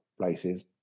Places